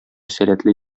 сәләтле